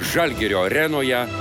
žalgirio arenoje